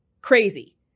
crazy